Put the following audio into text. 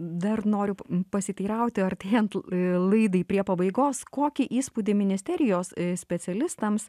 dar noriu pasiteirauti artėjant laidai prie pabaigos kokį įspūdį ministerijos specialistams